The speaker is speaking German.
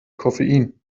koffein